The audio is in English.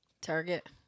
Target